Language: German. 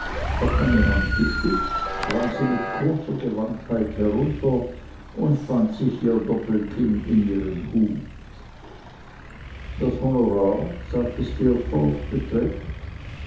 auf meine hand gestützt sprang sie mit großer gewandtheit herunter und band sich ihr doppelkinn in ihren hut das honorar sagte steerforth beträgt